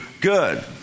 good